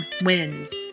wins